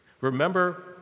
Remember